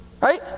Right